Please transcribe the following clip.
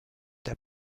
der